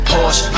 Porsche